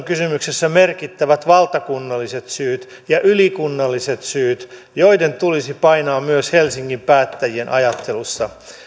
kysymyksessä merkittävät valtakunnalliset syyt ja ylikunnalliset syyt joiden tulisi painaa myös helsingin päättäjien ajattelussa